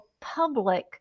public